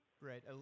Right